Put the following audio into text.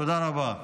תודה רבה.